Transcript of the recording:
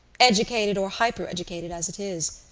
educated or hypereducated as it is,